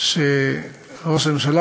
שראש הממשלה,